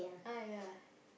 ah ya